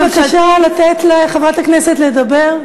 בבקשה לתת לחברת הכנסת לדבר.